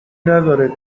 نداره